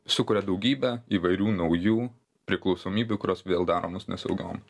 sukuria daugybę įvairių naujų priklausomybių kurios vėl daro mus nesaugiom